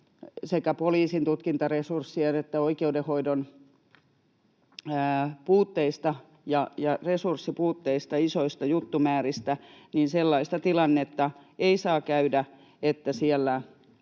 sekä poliisin tutkintaresurssien että oikeudenhoidon puutteista ja resurssipuutteista, isoista juttumääristä, niin sellaista tilannetta ei saa käydä, että siellä